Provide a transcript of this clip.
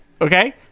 Okay